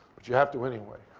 but you have to anyway.